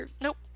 nope